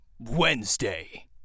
Wednesday